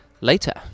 later